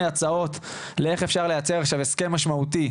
הצעות לאיך אפשר לייצר עכשיו הסכם משמעותי,